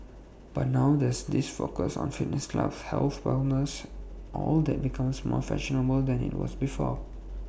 but now there's this focus on fitness clubs health wellness all that becomes more fashionable than IT was before